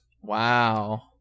Wow